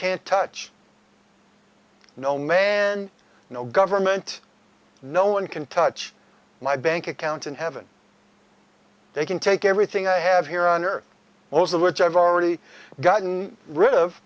can't touch no man no government no one can touch my bank account and heaven they can take everything i have here on earth most of which i've already gotten rid of